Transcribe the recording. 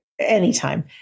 Anytime